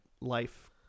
life